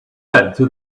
through